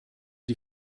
die